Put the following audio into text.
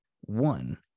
one